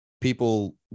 people